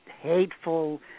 hateful